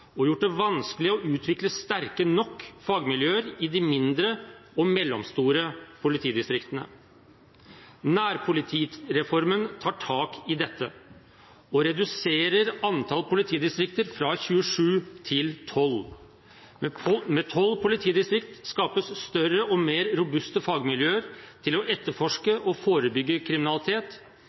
og gjort det vanskelig å utvikle sterke nok fagmiljøer i de mindre og mellomstore politidistriktene. Nærpolitireformen tar tak i dette og reduserer antall politidistrikter fra 27 til 12. Med 12 politidistrikter skapes større og mer robuste fagmiljøer til å etterforske og forebygge kriminalitet,